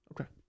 Okay